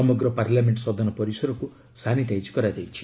ସମଗ୍ର ପାର୍ଲାମେଣ୍ଟ ସଦନ ପରିଷରକୁ ସାନିଟାଇଜ୍ କରାଯାଇଛି